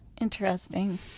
Interesting